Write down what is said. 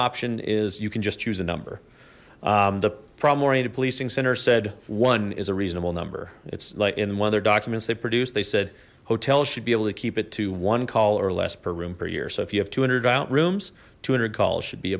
option is you can just choose a number the problem oriented policing center said one is a reasonable number it's like in one of their documents they produced they said hotels should be able to keep it to one call or less per room per year so if you have two hundred violent rooms two hundred calls should be